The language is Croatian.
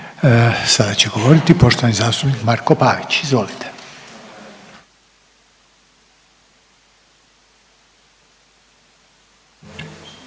Sada će govoriti poštovani zastupnik Marko Pavić. Izvolite.